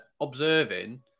observing